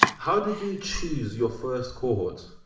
how did you choose your first cohorts?